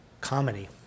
comedy